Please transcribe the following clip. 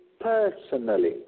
personally